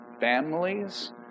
families